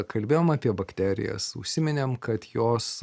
kalbėjom apie bakterijas užsiminėm kad jos